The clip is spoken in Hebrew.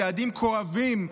צעדים כואבים,